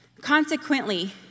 consequently